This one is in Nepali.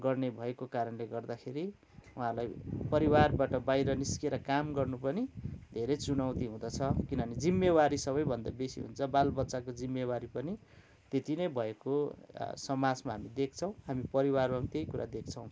गर्ने भएको कारणले गर्दाखेरि उहाँलाई परिवारबाट बाहिर निस्किएर काम गर्नु पनि धेरै चुनौती हुँदछ किनभने जिम्मेवारी सबैभन्दा बेसी हुन्छ बाल बच्चाको जिम्मेवारी पनि त्यति नै भएको समाजमा हामी दैख्छौँ हामी परिवारमा पनि त्यै कुरा देख्छौँ